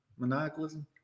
Maniacalism